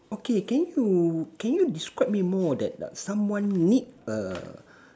okay can you can you describe me more of that ah someone meet err